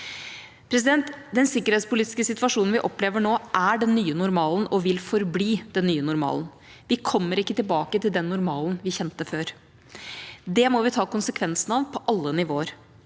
trusler. Den sikkerhetspolitiske situasjonen vi opplever nå, er den nye normalen og vil forbli den nye normalen. Vi kommer ikke tilbake til den normalen vi kjente før. Det må vi ta konsekvensen av på alle nivåer.